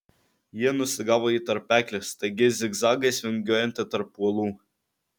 jie nusigavo į tarpeklį staigiais zigzagais vingiuojantį tarp uolų